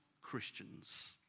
Christians